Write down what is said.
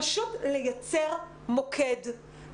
פשוט לייצר מוקד,